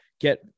get